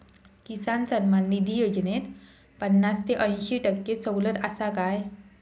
किसान सन्मान निधी योजनेत पन्नास ते अंयशी टक्के सवलत आसा काय?